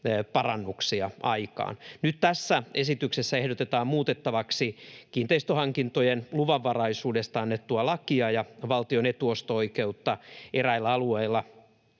parannuksia aikaan. Nyt tässä esityksessä ehdotetaan muutettaviksi kiinteistönhankintojen luvanvaraisuudesta annettua lakia ja valtion etuosto-oikeutta eräillä alueilla